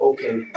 Okay